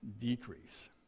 decrease